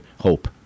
hope